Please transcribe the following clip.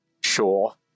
Sure